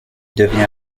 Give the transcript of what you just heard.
devient